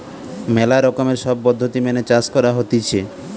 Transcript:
ম্যালা রকমের সব পদ্ধতি মেনে চাষ করা হতিছে